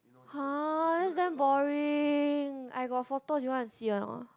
!huh! that's damn boring I got photos you want to see a not